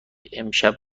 امشب